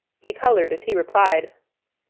he coloured as he replied,